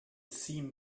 seemed